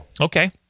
Okay